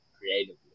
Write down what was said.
creatively